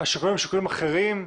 השיקולים הם שיקולים אחרים?